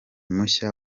mushya